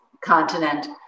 continent